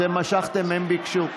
אתם משכתם, הם ביקשו.